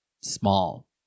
small